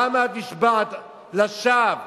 למה את נשבעת לשווא?